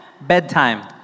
Bedtime